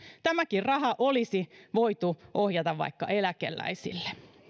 tämäkin raha olisi voitu ohjata vaikka eläkeläisille